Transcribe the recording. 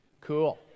Cool